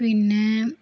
പിന്നെ